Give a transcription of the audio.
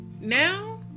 Now